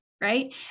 Right